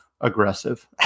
aggressive